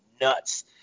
nuts